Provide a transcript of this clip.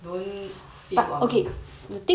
don't fail on me